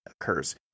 occurs